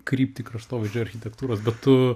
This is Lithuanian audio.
kryptį kraštovaizdžio architektūros būtų